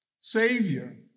Savior